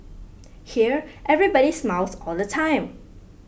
here everybody smiles all the time